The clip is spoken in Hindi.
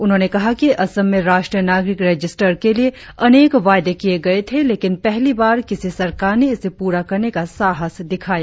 उन्होंने कहा कि असम में राष्ट्रीय नागरिक रजिस्टर के लिए अनेक वायदे किए गए थे लेकिन पहली बार किसी सरकार ने इसे प्ररा करने का साहस दिखाया